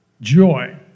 Joy